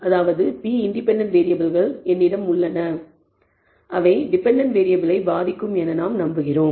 அதாவது p independent வேறியபிள்கள் உள்ளன அவை டிபெண்டன்ட் வேறியபிளை பாதிக்கும் என நாம் நம்புகிறோம்